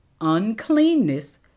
uncleanness